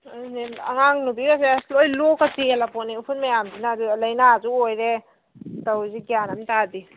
ꯑꯗꯨꯅꯦ ꯑꯉꯥꯡ ꯅꯨꯕꯤꯒꯁꯦ ꯑꯁ ꯂꯣꯏ ꯂꯣꯛꯀ ꯆꯦꯜꯂꯄꯣꯠꯅꯤ ꯎꯐꯨꯜ ꯃꯌꯥꯝꯁꯤꯅ ꯑꯗꯨꯗ ꯂꯩꯅꯁꯨ ꯑꯣꯏꯔꯦ ꯇꯧꯔꯤꯁꯦ ꯒ꯭ꯌꯥꯟ ꯑꯃ ꯇꯥꯗꯦ